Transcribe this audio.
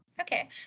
Okay